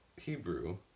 Hebrew